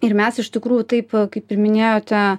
ir mes iš tikrųjų taip kaip ir minėjote